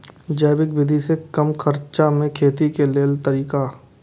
जैविक विधि से कम खर्चा में खेती के लेल तरीका?